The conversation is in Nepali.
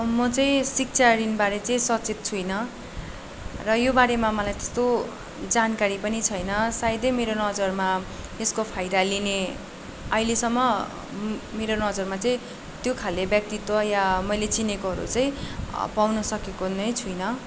म चाहिँ शिक्षा ऋणबारे चाहिँ सचेत छुइनँ र योबारेमा मलाई त्यस्तो जानकारी पनि छैन सायदै मेरो नजरमा यसको फाइदा लिने आइलेसम्म मेरो नजरमा चाहिँ त्यो खाले व्यक्तित्व या मैले चिनेकोहरू चाहिँ पाउनु सकेको नै छुइनँ